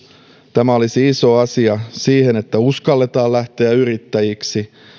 tämä olisi iso asia siihen että uskalletaan lähteä yrittäjiksi